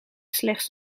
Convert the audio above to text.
slechts